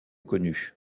connue